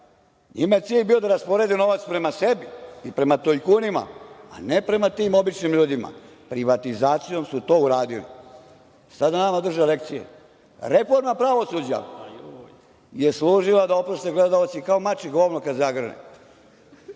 NJima je cilj bio da rasporede novac prema sebi i prema tajkunima, a ne prema tim običnim ljudima. Privatizacijom su to uradili, sada nama drže lekcije. Reforma pravosuđa je služila, da oproste gledaoci, kao „mače govno kad zagrne“,